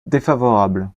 défavorable